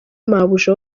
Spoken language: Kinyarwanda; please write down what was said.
mabuja